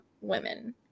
women